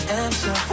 answer